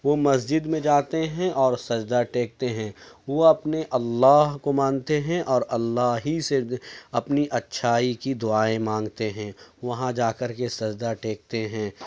وہ مسجد میں جاتے ہیں اور سجدہ ٹیکتے ہیں وہ اپنے اللہ کو مانتے ہیں اور اللہ ہی سے اپنی اچھائی کی دعائیں مانگتے ہیں وہاں جا کر سجدہ ٹیکتے ہیں